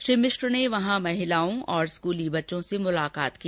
श्री मिश्र ने वहां महिलाओं और स्कूली बच्चों से मुलाकात की